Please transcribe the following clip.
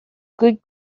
good